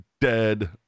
dead